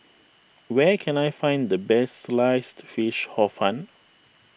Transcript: where can I find the best Sliced Fish Hor Fun